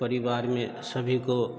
परिवार में सभी को